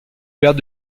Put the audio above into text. père